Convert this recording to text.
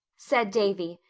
said davy,